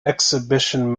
exhibition